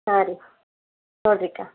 ಹಾಂ ರೀ ನೋಡಿರಿಕ